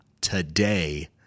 today